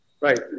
Right